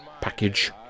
package